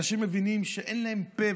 אנשים שמבינים שאין להם פה,